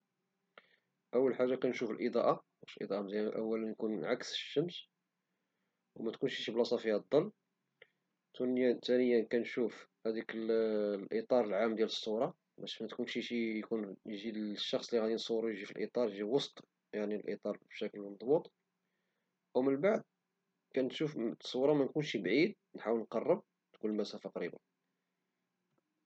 أول حاجة كنشوف الإضاءة واش عكس الشمس، وكتكونش شي بلاصة فيها الظل وثانيا كنشوف الإطار العام ديال الصورة باش الشخص لي غيتصور يجي في وسط الإطار بشكل مضبوط ومن بعد كنشوف الصورة منكونش بعيد نحاول نقرب وتكون المسافة قريبة.